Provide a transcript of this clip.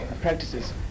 practices